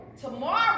tomorrow